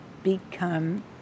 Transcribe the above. become